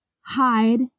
hide